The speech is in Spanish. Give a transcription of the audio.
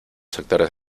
sectores